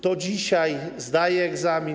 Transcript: To dzisiaj zdaje egzamin.